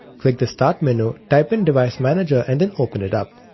click the start menu, type in device manager and then open it up.